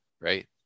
right